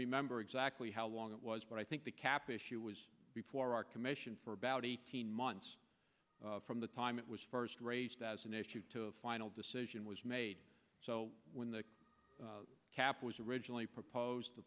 remember exactly how long it was but i think the cap issue was before our commission for about eighteen months from the time it was first raised as an issue to a final decision was made so when the cap was originally proposed to